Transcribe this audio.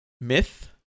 Myth